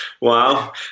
wow